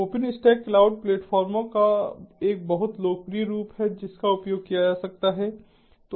तो OpenStack cloud platform का एक बहुत लोकप्रिय रूप है जिसका उपयोग किया जा सकता है